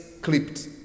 clipped